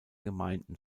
gemeinden